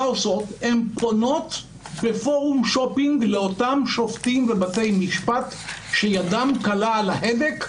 הן פונות בפורום שופינג לאותם שופטים בבתי משפט שידם קלה על ההדק,